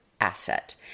asset